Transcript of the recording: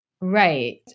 Right